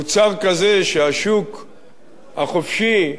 מוצר כזה שהשוק החופשי,